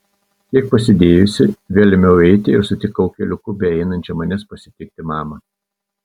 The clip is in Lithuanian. kiek pasėdėjusi vėl ėmiau eiti ir sutikau keliuku beeinančią manęs pasitikti mamą